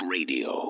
Radio